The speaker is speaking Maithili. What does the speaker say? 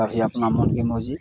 कभी अपना मोनके मर्जी